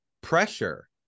pressure